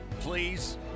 please